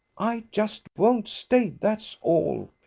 i just won't stay, that's all,